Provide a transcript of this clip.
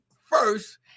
first